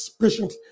patiently